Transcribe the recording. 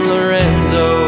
Lorenzo